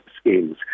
schemes